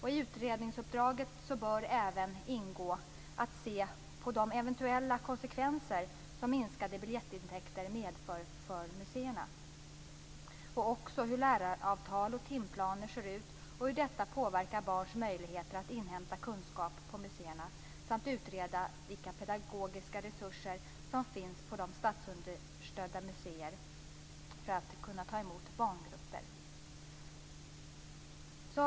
I utredningsuppdraget bör även ingå att man skall se på de eventuella konsekvenser som minskade biljettintäkter medför för museerna och också hur läraravtal och timplaner ser ut, och hur detta påverkar barns möjligheter att inhämta kunskap på museerna. Man bör också utreda vilka pedagogiska resurser som finns på de statsunderstödda museerna för att kunna ta emot barngrupper.